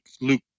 Luke